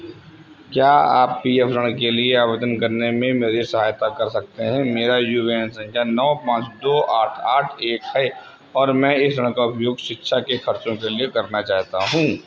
क्या आप P F ऋण के लिए आवेदन करने में मेरी सहायता कर सकते हैं मेरा यू ए एन संख्या नौ पाँच दो आठ आठ एक है और मैं इस ऋण का उपयोग शिक्षा के खर्चों के लिए करना चाहता हूँ